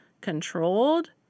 controlled